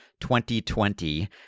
2020